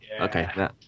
Okay